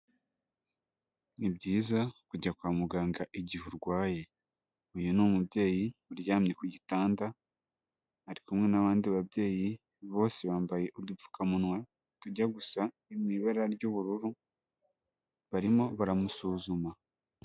Ni byiza kujya kwa muganga igihe urwaye. Uyu ni umubyeyi uryamye ku gitanda, ari kumwe n'abandi babyeyi. Bose bambaye udupfukamunwa tujya gusa ibara ry'ubururu barimo baramusuzuma.